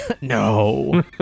No